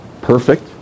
Perfect